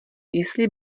jestli